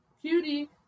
cutie